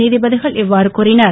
நீதிபதிகள் இவ்வாறு கூறினர்